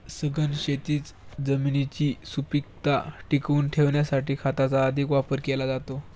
सघन शेतीत जमिनीची सुपीकता टिकवून ठेवण्यासाठी खताचा अधिक वापर केला जातो